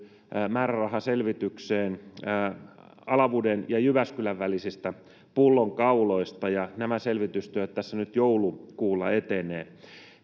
määräraha selvitykseen Alavuden ja Jyväskylän välisistä pullonkauloista. Nämä selvitystyöt tässä nyt joulukuussa etenevät.